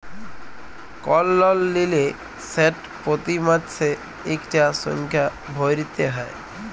call লল লিলে সেট পতি মাসে ইকটা সংখ্যা ভ্যইরতে হ্যয়